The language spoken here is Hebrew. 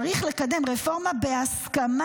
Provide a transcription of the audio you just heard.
דעתי שצריך לקדם רפורמה בהסכמה".